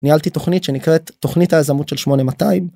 ניהלתי תוכנית שנקראת תוכנית היזמות של 8200.